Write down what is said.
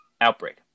Outbreak